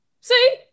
See